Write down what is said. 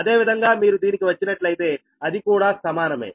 అదేవిధంగా మీరు దీనికి వచ్చినట్లయితే అదికూడా సమానమే